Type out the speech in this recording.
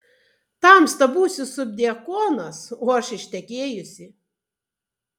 tamsta būsi subdiakonas o aš ištekėjusi